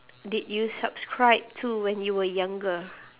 did you subscribe to when you were younger